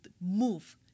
move